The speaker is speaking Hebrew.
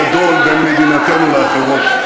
וזה ההבדל הגדול בין מדינתנו לאחרות.